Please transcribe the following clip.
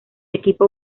equipo